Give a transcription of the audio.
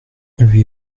lui